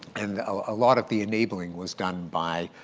and a lot of the enabling was done by,